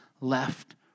left